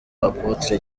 apotre